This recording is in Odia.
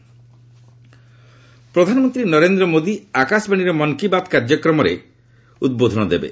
ପିଏମ୍ ମନ୍ କି ବାତ୍ ପ୍ରଧାନମନ୍ତ୍ରୀ ନରେନ୍ଦ୍ର ମୋଦି ଆକାଶବାଣୀର ମନ୍ କି ବାତ୍ କାର୍ଯ୍ୟକ୍ରମରେ ଉଦ୍ବୋଧନ ଦେବେ